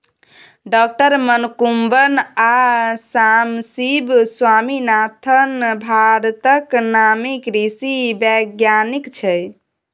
डॉ मनकुंबन आ सामसिब स्वामीनाथन भारतक नामी कृषि बैज्ञानिक छै